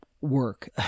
work